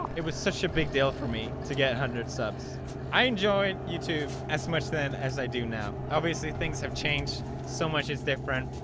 it was such a big deal for me to get one hundred subs i enjoyed youtube as much then as i do now. obviously things have changed, so much is different,